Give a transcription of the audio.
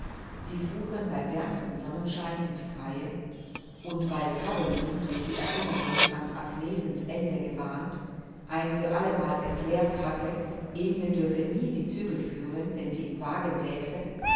sie fuhren bei wärmstem sonnenschein in's freie und weil caroline durch die erinnerung an agnesens ende gewarnt ein für allemal erklärt hatte emil dürfe nie die zügel führen wenn sie im wagen säße